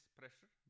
pressure